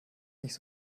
nicht